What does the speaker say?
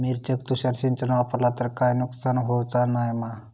मिरचेक तुषार सिंचन वापरला तर काय नुकसान होऊचा नाय मा?